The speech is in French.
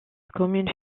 commune